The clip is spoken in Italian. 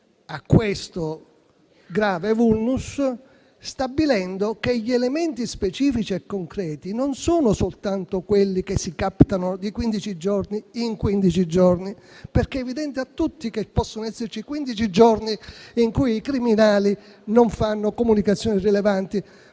a questo grave *vulnus,* stabilendo che gli elementi specifici e concreti non sono soltanto quelli che si captano di quindici giorni in quindici giorni, perché è evidente a tutti che possono esserci quindici giorni in cui i criminali non fanno comunicazioni rilevanti,